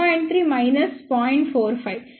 45